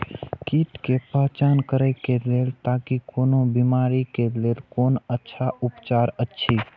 कीट के पहचान करे के लेल ताकि कोन बिमारी के लेल कोन अच्छा उपचार अछि?